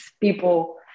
people